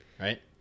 Right